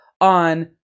on